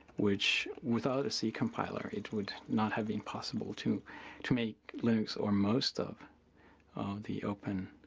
which. without a c compiler it would not have been possible to to make linux or most of the open